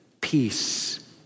peace